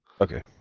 Okay